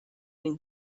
این